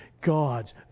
God's